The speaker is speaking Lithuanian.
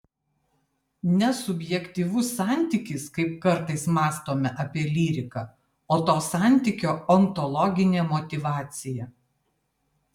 ne subjektyvus santykis kaip kartais mąstome apie lyriką o to santykio ontologinė motyvacija